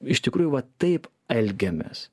iš tikrųjų va taip elgiamės